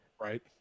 Right